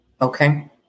Okay